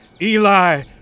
Eli